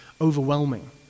overwhelming